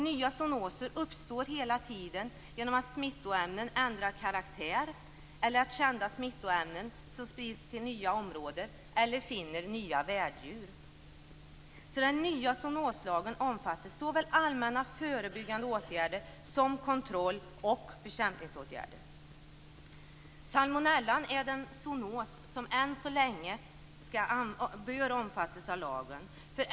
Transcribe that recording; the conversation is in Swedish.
Nya zoonoser uppstår hela tiden genom smittoämnen som ändrar karaktär eller kända smittoämnen som sprids till nya områden eller finner nya värddjur. Den nya zoonoslagen omfattar såväl allmänna förebyggande åtgärder som kontroll och bekämpningsåtgärder. Salmonella är den zoonos som än så länge bör omfattas av lagen.